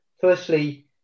firstly